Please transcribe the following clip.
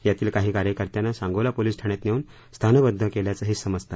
यातील काही कार्यकर्त्याना सांगोला पोलीस ठाण्यात नेऊन स्थानबद्ध केल्याचेही समजते